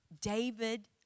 David